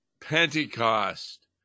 Pentecost